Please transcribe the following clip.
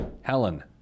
Helen